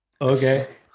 Okay